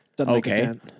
okay